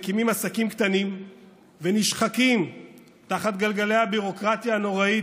הם אלה שמקימים עסקים קטנים ונשחקים תחת גלגלי הביורוקרטיה הנוראית,